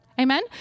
Amen